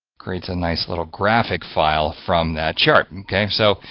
creates a nice little graphic file from that chart. okay so,